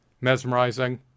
mesmerizing